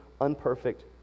unperfect